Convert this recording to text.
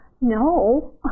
No